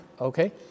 okay